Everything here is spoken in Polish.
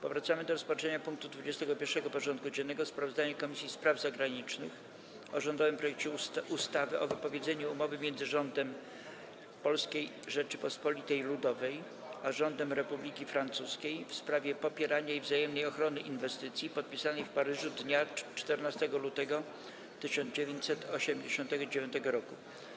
Powracamy do rozpatrzenia punktu 21. porządku dziennego: Sprawozdanie Komisji Spraw Zagranicznych o rządowym projekcie ustawy o wypowiedzeniu Umowy między Rządem Polskiej Rzeczypospolitej Ludowej a Rządem Republiki Francuskiej w sprawie popierania i wzajemnej ochrony inwestycji, podpisanej w Paryżu dnia 14 lutego 1989 r.